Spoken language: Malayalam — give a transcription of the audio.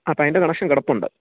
അപ്പയിൻ്റെ കണക്ഷൻ കിടപ്പുണ്ട്